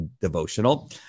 devotional